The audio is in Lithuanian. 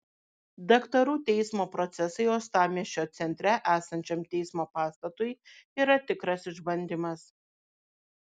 daktarų teismo procesai uostamiesčio centre esančiam teismo pastatui yra tikras išbandymas